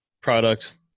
product